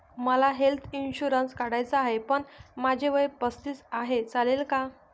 मला health insurance काढायचा आहे पण माझे वय पस्तीस आहे, चालेल का?